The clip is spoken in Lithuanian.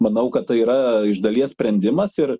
manau kad tai yra iš dalies sprendimas ir